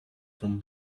from